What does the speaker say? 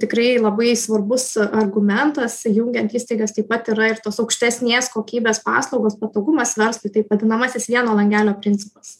tikrai labai svarbus argumentas jungiant įstaigas taip pat yra ir tos aukštesnės kokybės paslaugos patogumas verslui taip vadinamasis vieno langelio principas